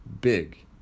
big